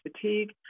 fatigue